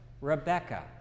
rebecca